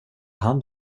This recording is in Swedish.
hand